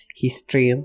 history